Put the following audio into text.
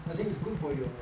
I think it's good for your